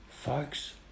Folks